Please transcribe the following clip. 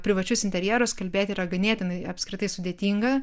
privačius interjerus kalbėti yra ganėtinai apskritai sudėtinga